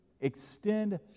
extend